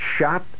shot